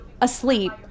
asleep